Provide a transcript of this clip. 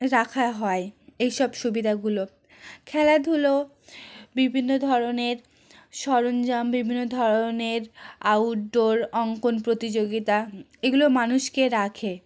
রাখা হয় এইসব সুবিধাগুলো খেলাধুলো বিভিন্ন ধরনের সরঞ্জাম বিভিন্ন ধরনের আউট ডোর অঙ্কন প্রতিযোগিতা এগুলো মানুষকে রাখে